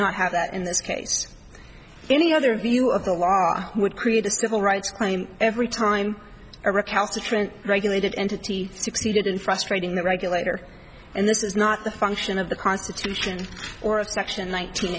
not have that in this case any other view of the law would create a civil rights claim every time a recalcitrant regulated entity succeeded in frustrating the regulator and this is not the function of the constitution or of section